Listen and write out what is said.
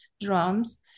drums